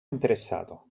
interessato